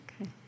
Okay